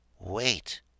Wait